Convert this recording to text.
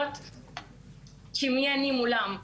כי מי אני מולם.